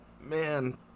man